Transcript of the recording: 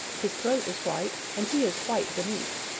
his throat is white and he is white beneath.